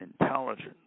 intelligence